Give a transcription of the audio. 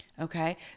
okay